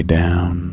down